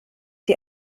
dir